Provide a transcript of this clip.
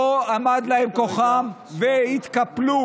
לא עמד להם כוחם והתקפלו.